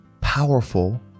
powerful